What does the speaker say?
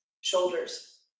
Shoulders